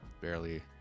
barely